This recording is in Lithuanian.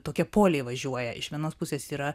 tokie poliai važiuoja iš vienos pusės yra